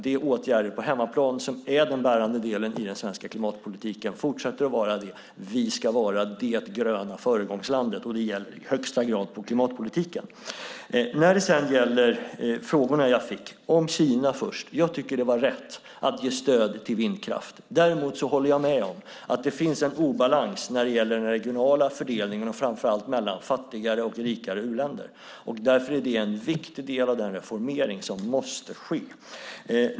Det är åtgärder på hemmaplan som är och förblir den bärande delen i den svenska klimatpolitiken. Vi ska vara det gröna föregångslandet, och det gäller i högsta grad på klimatpolitiken. Låt mig ta upp frågorna jag fick. Först tar jag den om Kina. Jag tycker att det var rätt att ge stöd till vindkraft. Jag håller dock med om att det finns en obalans när det gäller den regionala fördelningen och framför allt fördelningen mellan fattigare och rikare u-länder. Därför är det en viktig del av den reformering som måste ske.